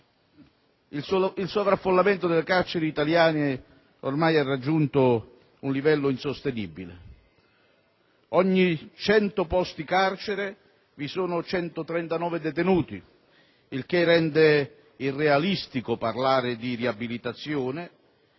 Il sovraffollamento delle carceri italiane ha ormai raggiunto un livello insostenibile: ogni 100 posti carcere vi sono 139 detenuti, il che rende irrealistico parlare di riabilitazione